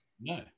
No